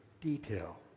detail